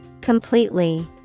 Completely